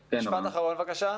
ראשית,